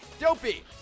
Dopey